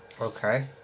Okay